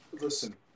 listen